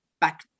back